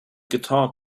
guitar